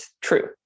true